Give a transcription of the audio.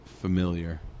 familiar